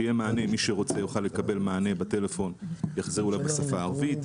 שיהיה מענה מי שרוצה יוכל לקבל מענה בטלפון ויחזרו אליו בשפה הערבית,